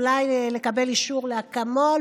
אולי לקבל אישור לאקמול,